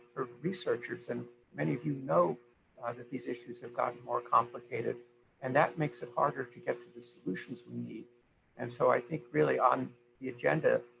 researchers and many of you know that these issues have gotten more complicated and that makes it harder to get to the solutions we need. and so i think really on the agenda,